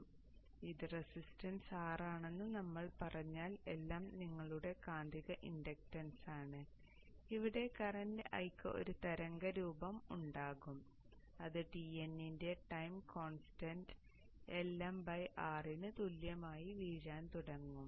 അതിനാൽ ഇത് resistance R ആണെന്ന് നമ്മൾ പറഞ്ഞാൽ Lm നിങ്ങളുടെ കാന്തിക ഇൻഡക്ടൻസാണ് ഇവിടെ കറൻറ് I ക്ക് ഒരു തരംഗ രൂപം ഉണ്ടാകും അത് τ ന്റെ ടൈം കോൺസ്റ്റന്റ് Lm R ന് തുല്യമായി വീഴാൻ തുടങ്ങും